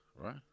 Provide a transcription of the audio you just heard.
right